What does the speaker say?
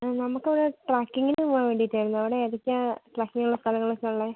ആ നമുക്ക് അവിടെ ട്രക്കിങ്ങിന് പോവാൻ വേണ്ടിയിട്ടായിരുന്നു അവിടെ ഏതൊക്കെയാണ് ട്രക്കിങ്ങ് ഉള്ള സ്ഥലങ്ങളൊക്കെ ഉള്ളത്